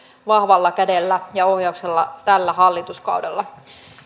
vahvalla kädellä ja ohjauksella tällä hallituskaudella